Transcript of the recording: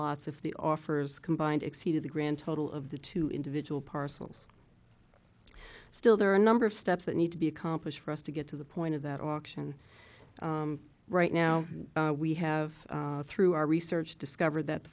lots of the offers combined exceeded the grand total of the two individual parcels still there are a number of steps that need to be accomplished for us to get to the point of that auction right now we have through our research discovered that